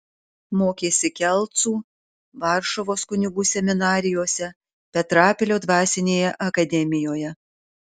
mokėsi kelcų varšuvos kunigų seminarijose petrapilio dvasinėje akademijoje